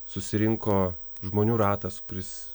susirinko žmonių ratas kuris